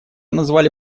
назвали